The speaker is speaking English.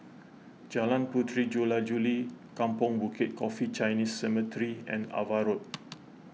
Jalan Puteri Jula Juli Kampong Bukit Coffee Chinese Cemetery and Ava Road